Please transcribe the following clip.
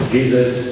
Jesus